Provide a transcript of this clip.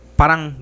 parang